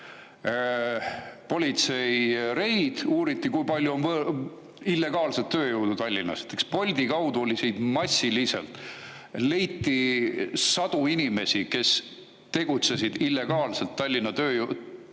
politseireid ning uuriti, kui palju on illegaalset tööjõudu Tallinnas. Boltis oli neid massiliselt, leiti sadu inimesi, kes tegutsesid illegaalselt Tallinna tööjõuturul.